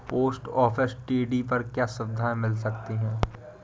Post office TD पर क्या सुविधाएँ मिल सकती है?